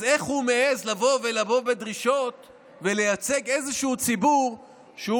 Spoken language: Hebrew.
אז איך הוא מעז לבוא בדרישות ולייצג איזשהו ציבור כשהוא